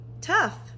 tough